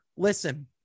Listen